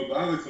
לא בארץ,